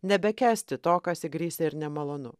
nebekęsti to kas įgrisę ir nemalonu